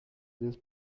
del